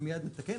מיד נתקן.